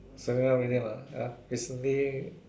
familiar with it lah ya recently